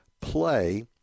play